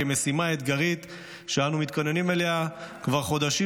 משימה אתגרית שאנו מתכוננים אליה כבר חודשים,